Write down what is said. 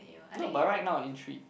no but right now I intrigue